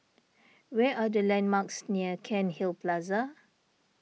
where are the landmarks near Cairnhill Plaza